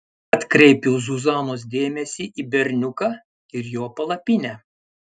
atkreipiu zuzanos dėmesį į berniuką ir jo palapinę